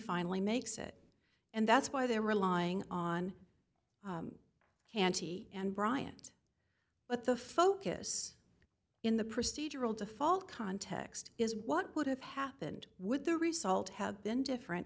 finally makes it and that's why they're relying on auntie and bryant but the focus in the procedural default context is what would have happened with the result had been different